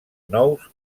nous